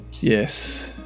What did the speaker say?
Yes